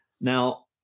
now